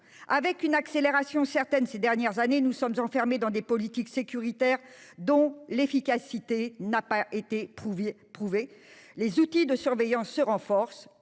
avec une accélération certaine ces dernières années, nous sommes enfermés dans des politiques sécuritaires dont l'efficacité n'a pas été prouvée. Les outils de surveillance se renforcent